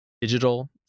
digital